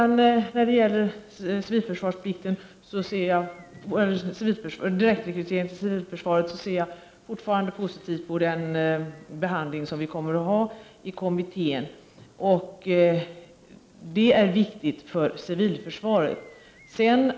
När det gäller direktrekryteringen till civilförsvaret ser jag fortfarande positivt på den behandling vi kommer att ha av ärendet i kommittén. Detta är viktigt för civilförsvaret.